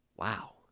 wow